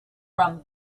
from